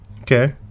Okay